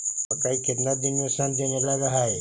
मकइ केतना दिन में शन देने लग है?